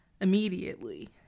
immediately